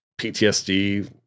ptsd